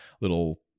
little